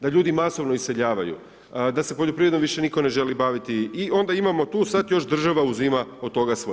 Da ljudi masovno iseljavaju, da se poljoprivredom više nitko ne želi baviti i onda imamo tu sad još država uzima od toga svoje.